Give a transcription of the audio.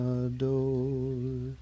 adore